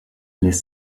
les